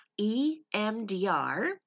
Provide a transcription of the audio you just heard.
EMDR